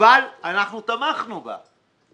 ואנחנו תמכנו בה.